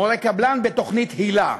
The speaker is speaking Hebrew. מורי קבלן בתוכנית היל"ה,